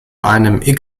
einem